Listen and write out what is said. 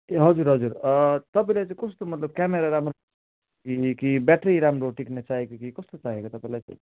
ए हजुर हजुर तपाईँलाई चाहिँ कस्तो मतलब क्यामरा राम्रो कि ब्याट्री राम्रो टिक्ने चाहिएको कि कस्तो चाहिएको तपाईँलाई चाहिँ